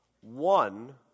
One